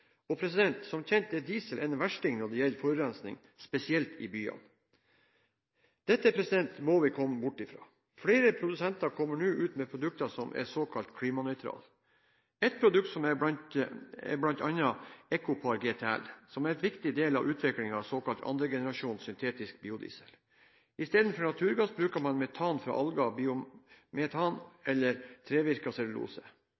en versting når det gjelder forurensning, spesielt i byer. Dette må vi komme bort fra. Flere produsenter kommer nå med produkter som er såkalt klimanøytrale. Et produkt er bl.a. EcoPar GTL, som er en viktig del av utviklingen av såkalt andregenerasjons syntetisk biodiesel. I stedet for naturgass bruker man metan fra alger, biometan